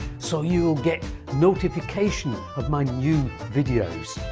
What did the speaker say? so you'll get notification of my new videos.